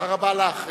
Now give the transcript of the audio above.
תודה רבה לך.